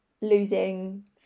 losing